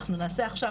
אנחנו נעשה עכשיו,